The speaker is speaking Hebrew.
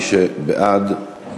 מי שבעד, אני